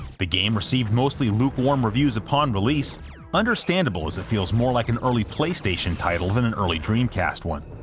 the game received mostly lukewarm reviews upon release understandable as it feels more like an early playstation title than an early dreamcast one.